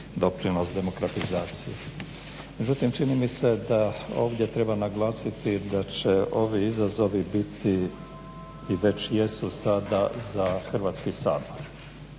doprinos demokratizaciji. Međutim čini mi se da ovdje treba naglasiti da će ovi izazovi biti i već jesu sada za Hrvatski sabor